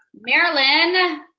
Marilyn